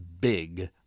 big